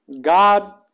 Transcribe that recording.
God